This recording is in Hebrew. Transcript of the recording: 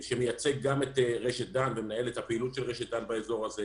שמייצג גם את רשת "דן" ומנהל את הפעילות של רשת "דן" באזור הזה,